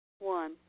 One